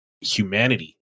humanity